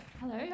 Hello